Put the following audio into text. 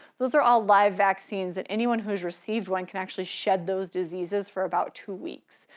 those are all live vaccines that anyone who's received, one can actually shed those diseases for about two weeks.